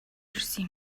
ирсэн